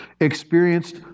experienced